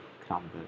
crumble